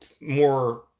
more